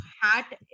hat